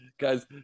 Guys